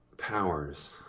Powers